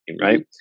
right